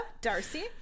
Darcy